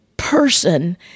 person